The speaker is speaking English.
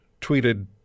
tweeted